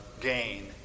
gain